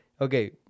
Okay